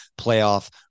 playoff